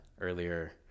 earlier